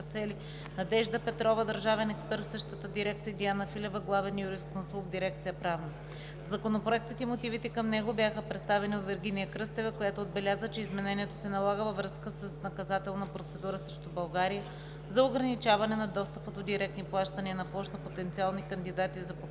Надежда Петрова – държавен експерт в същата дирекция, и Диана Филева – главен юрисконсулт в дирекция „Правна“. Законопроектът и мотивите към него бяха представени от Вергиния Кръстева, която отбеляза, че изменението се налага във връзка с наказателна процедура срещу България за ограничаване на достъпа до директни плащания на площ на потенциални кандидати за подпомагане.